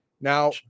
Now